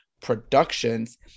productions